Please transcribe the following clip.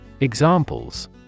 Examples